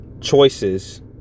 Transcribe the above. choices